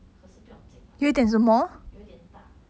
可是不用紧 lah 有一点大